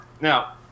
now